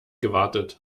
gewartet